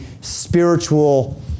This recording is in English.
spiritual